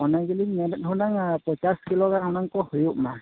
ᱚᱱᱟ ᱜᱮᱞᱤᱧ ᱢᱮᱱᱮᱫ ᱦᱩᱱᱟᱹᱝ ᱯᱚᱧᱪᱟᱥ ᱠᱤᱞᱳ ᱜᱟᱱ ᱦᱩᱱᱟᱹᱝ ᱠᱚ ᱦᱩᱭᱩᱜᱼᱢᱟ